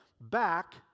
back